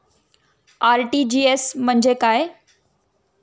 RTGS म्हणजे काय?